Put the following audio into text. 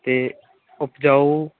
ਅਤੇ ਉਪਜਾਊ